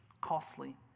costly